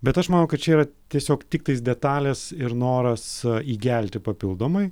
bet aš manau kad čia yra tiesiog tiktais detalės ir noras įgelti papildomai